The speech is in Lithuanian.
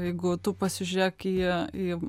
jeigu tu pasižiūrėk į į